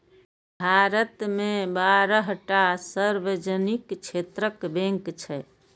भारत मे बारह टा सार्वजनिक क्षेत्रक बैंक छै